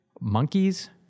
monkeys